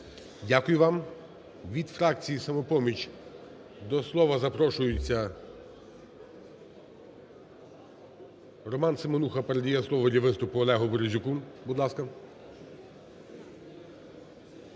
Дякую вам. Від фракції "Самопоміч" до слова запрошується… Роман Семенуха передає слово для виступу Олегу Березюку, будь ласка.